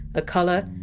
a colour,